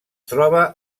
troba